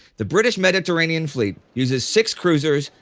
the british mediterranean fleet uses six cruisers,